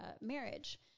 marriage